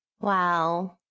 Wow